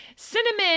Cinnamon